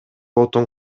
отун